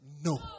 no